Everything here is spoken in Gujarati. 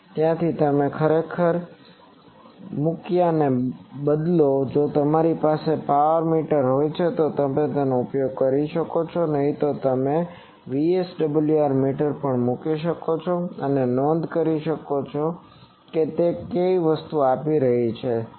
તેથી ત્યાં તમે ખરેખર કંઈક મૂક્યાને બદલે જો તમારી પાસે પાવર મીટર હોય તો તમે ઉપયોગ કરી શકો છો નહીં તો તમે VSWR મીટર પણ મૂકી શકો છો અને નોંધ કરી શકો છો કે તે વસ્તુ ક્યાં આપી રહી છે